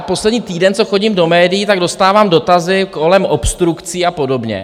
Poslední týden, co chodím do médií, dostávám dotazy kolem obstrukcí a podobně.